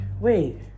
wait